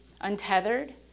untethered